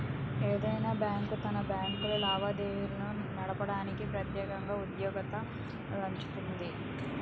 ఏదైనా బ్యాంకు తన బ్యాంకు లావాదేవీలు నడపడానికి ప్రెత్యేకంగా ఉద్యోగత్తులనుంచుతాది